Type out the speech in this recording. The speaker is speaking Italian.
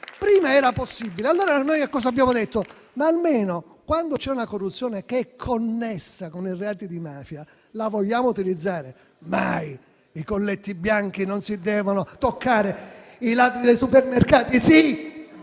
Prima era possibile. Allora noi che cosa abbiamo chiesto? Almeno, quando c'è una corruzione connessa con i reati di mafia, la vogliamo utilizzare? Mai: i colletti bianchi non si devono toccare, mentre i ladri dei supermercati sì.